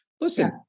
Listen